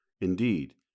Indeed